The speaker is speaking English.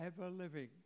ever-living